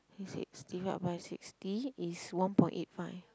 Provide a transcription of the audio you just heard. thirty six divide by sixty is one point eight five